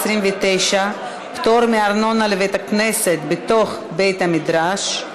(מס' 29) (פטור מארנונה לבית-כנסת בתוך בית-מדרש),